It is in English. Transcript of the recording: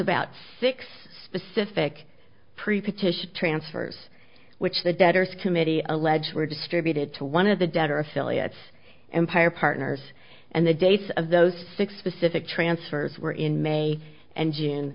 about six specific preposition transfers which the debtors committee allege were distributed to one of the debtor affiliates empire partners and the dates of those six specific transfers were in may and june